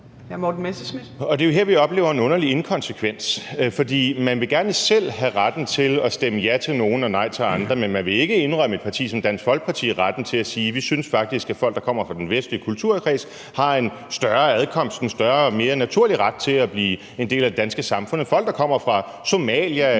Det er jo her, vi oplever en underlig inkonsekvens, for man vil gerne selv have retten til at stemme ja til nogle og nej til andre, men man vil ikke indrømme et parti som Dansk Folkeparti retten til at sige: Vi synes faktisk, at folk, der kommer fra den vestlige kulturkreds, har en større adkomst, en mere naturlig ret til at blive en del af det danske samfund end folk, der kommer fra Somalia